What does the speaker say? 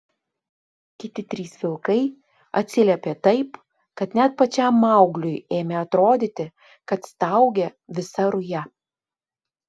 kiti trys vilkai atsiliepė taip kad net pačiam maugliui ėmė atrodyti kad staugia visa ruja